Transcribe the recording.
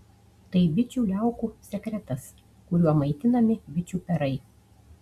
tai bičių liaukų sekretas kuriuo maitinami bičių perai